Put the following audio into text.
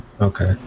Okay